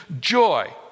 joy